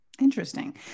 Interesting